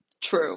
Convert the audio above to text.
True